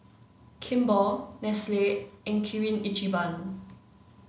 Kimball Nestle and Kirin Ichiban